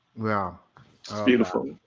yeah. it's beautiful.